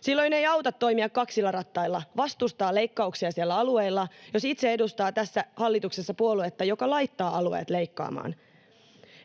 Silloin ei auta toimia kaksilla rattailla, vastustaa leikkauksia siellä alueilla, jos itse edustaa tässä hallituksessa puoluetta, joka laittaa alueet leikkaamaan.